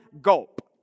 gulp